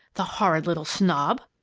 the horrid little snob!